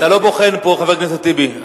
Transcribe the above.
אתה לא בוחן פה, חבר הכנסת טיבי.